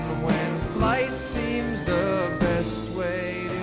when flight seems the best way